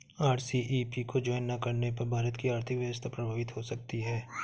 RCEP को join ना करने पर भारत की आर्थिक व्यवस्था प्रभावित हो सकती है